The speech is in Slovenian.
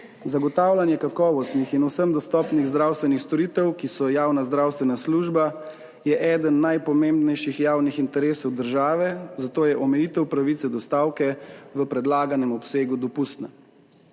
Zagotavljanje kakovostnih in vsem dostopnih zdravstvenih storitev, ki so javna zdravstvena služba, je eden najpomembnejših javnih interesov države, zato je omejitev pravice do stavke v predlaganem obsegu dopustna.